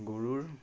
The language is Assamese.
গৰুৰ